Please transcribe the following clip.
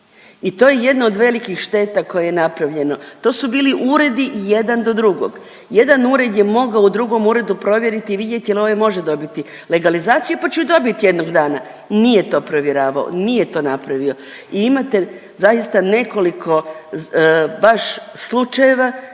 I to je jedna od velikih šteta koja je napravljeno, to su bili uredi jedan do drugog. Jedan ured je mogao u drugom uredu provjeriti i vidjeli jel ovaj može dobiti legalizaciju pa će ju dobit jednog dana. Nije to provjeravao, nije to napravio. I imate zaista nekoliko baš slučajeva